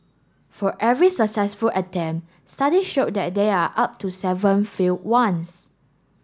for every successful attempt study show that there are up to seven failed ones